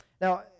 Now